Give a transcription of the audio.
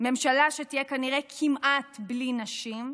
ממשלה שתהיה כנראה כמעט בלי נשים,